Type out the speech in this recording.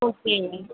okay